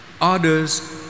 others